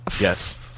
Yes